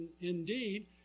indeed